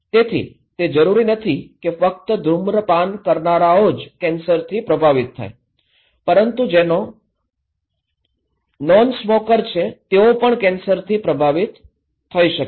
તેથી તે જરૂરી નથી કે ફક્ત ધૂમ્રપાન કરનારાઓ જ કેન્સરથી પ્રભાવિત થાય પરંતુ જેઓ નોનસ્મોકર છે તેઓ પણ કેન્સરથી પ્રભાવિત થઈ શકે છે